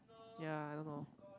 ya I don't know